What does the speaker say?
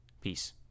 Peace